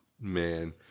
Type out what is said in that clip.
Man